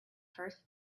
first